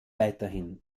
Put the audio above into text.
weiterhin